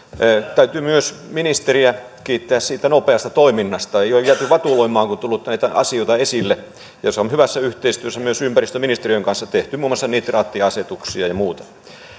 täytyy myös ministeriä kiittää siitä nopeasta toiminnasta ei ei ole jääty vatuloimaan kun on tullut näitä asioita esille ja on hyvässä yhteistyössä myös ympäristöministeriön kanssa tehty muun muassa nitraattiasetuksia ja ja muuta